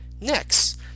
Next